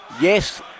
Yes